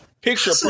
picture